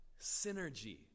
Synergy